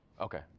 Okay